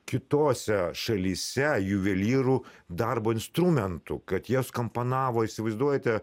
kitose šalyse juvelyrų darbo instrumentu kad jas komponavo įsivaizduojate